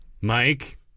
Mike